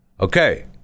Okay